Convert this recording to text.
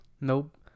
Nope